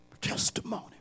testimony